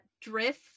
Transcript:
Drift